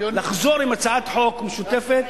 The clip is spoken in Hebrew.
לחזור עם הצעת חוק משותפת.